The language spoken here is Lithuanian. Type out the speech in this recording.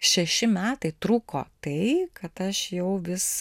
šeši metai trūko tai kad aš jau vis